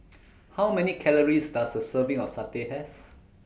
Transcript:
How Many Calories Does A Serving of Satay Have